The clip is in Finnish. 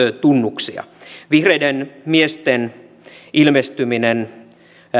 tunnuksia vihreiden miesten ilmestyminen